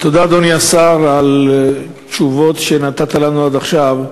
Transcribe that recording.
אדוני השר, תודה על התשובות שנתת לנו עד עכשיו.